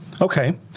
Okay